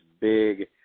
big